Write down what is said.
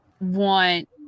want